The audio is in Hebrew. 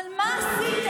אבל מה עשיתם?